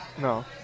No